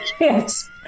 Yes